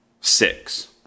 six